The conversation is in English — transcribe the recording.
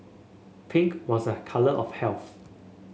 pink was a colour of health